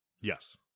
Yes